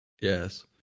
Yes